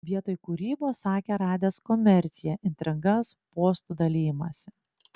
vietoj kūrybos sakė radęs komerciją intrigas postų dalijimąsi